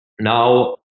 Now